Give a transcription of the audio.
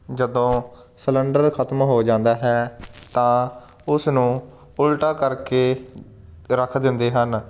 ਜਦੋਂ ਸਿਲੰਡਰ ਖਤਮ ਹੋ ਜਾਂਦਾ ਹੈ ਤਾਂ ਉਸ ਨੂੰ ਉਲਟਾ ਕਰਕੇ ਰੱਖ ਦਿੰਦੇ ਹਨ